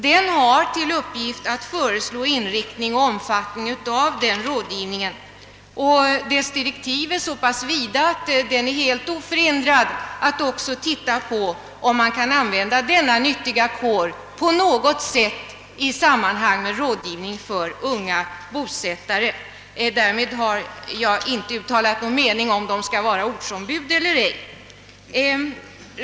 Den har till uppgift att föreslå inriktning och omfattning av denna rådgivning, och dess direktiv är så pass vida att den är helt oförhindrad att ta ställning till om denna nyttiga kår på något sätt kan användas i samband med rådgivning för unga bosättare. Därmed har jag inte uttalat någon mening om huruvida det skall vara ortsombud eller ej.